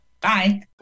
Bye